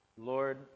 Lord